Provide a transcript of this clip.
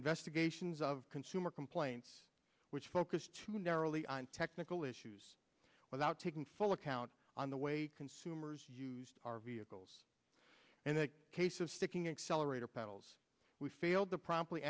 investigations of consumer complaints which focus too narrowly on technical issues without taking full account on the way consumers used our vehicles in the case of sticking accelerator pedals we failed to promptly